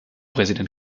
präsident